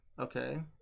Okay